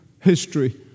history